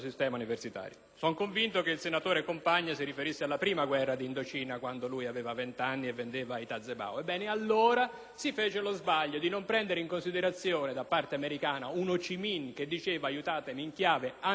Sono convinto che il senatore Compagna si riferisse alla prima guerra di Indocina, quando lui aveva vent'anni e leggeva i datzebao; allora si fece lo sbaglio di non prendere in considerazione, da parte americana, un Ho Chi Minh che diceva «aiutatemi» in chiave antisovietica